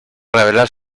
revelar